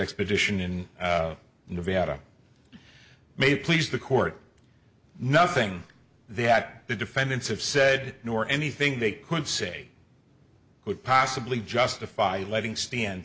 expedition in nevada may please the court nothing that the defendants have said nor anything they could say could possibly justify letting stand